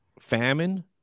famine